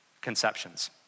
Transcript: conceptions